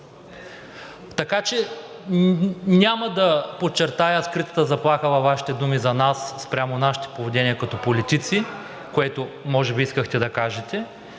Така че няма да подчертая скритата заплаха във Вашите думи за нас, спрямо нашето поведение като политици, което може би искахте да кажете,